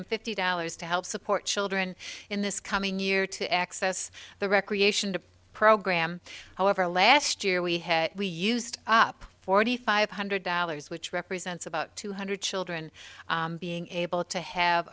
hundred fifty dollars to help support children in this coming year to access the recreation program however last year we had we used up forty five hundred dollars which represents about two hundred children being able to have